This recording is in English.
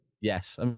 Yes